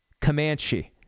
Comanche